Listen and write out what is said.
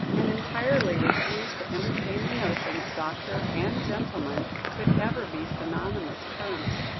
and entirely refused to entertain the notion that doctor and gentleman could ever be synonymous terms.